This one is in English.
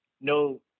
no